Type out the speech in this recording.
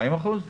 40%?